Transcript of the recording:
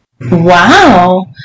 Wow